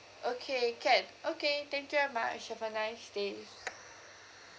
okay can okay thank you very much have a nice day